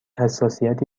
حساسیتی